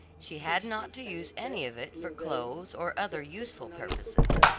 she had not to use any of it for clothes, or other useful purposes.